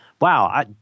wow